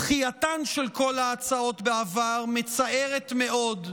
דחייתן של כל ההצעות בעבר מצערת מאוד.